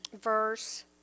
verse